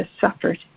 suffered